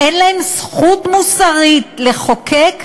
אין להם זכות מוסרית לחוקק,